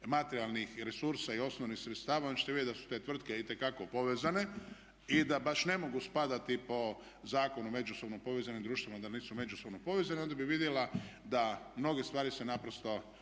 materijalnih resursa i osnovnih sredstava onda ćete vidjeti da su te tvrtke itekako povezane i da baš ne mogu spadati po Zakonu o međusobno povezanim društvima da nisu međusobno povezani i onda bi vidjela da mnoge stvari se naprosto